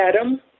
Adam